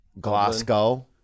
Glasgow